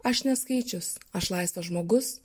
aš neskaičius aš laisvas žmogus